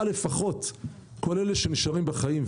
אבל לפחות כל אלה שנשארים בחיים,